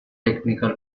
technical